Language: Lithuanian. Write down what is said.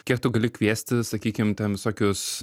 kiek tu gali kviesti sakykim ten visokius